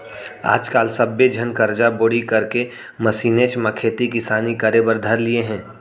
आज काल सब्बे झन करजा बोड़ी करके मसीनेच म खेती किसानी करे बर धर लिये हें